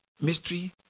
Mystery